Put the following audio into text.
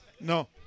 No